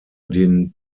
den